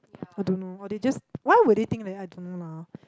I don't know or they just why would they think that I don't know mah